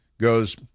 goes